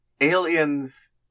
aliens